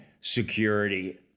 security